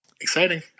exciting